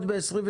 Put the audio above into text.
ב-2023?